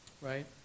right